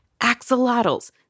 axolotls